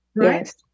Yes